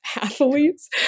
athletes